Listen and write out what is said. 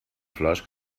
flors